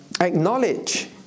acknowledge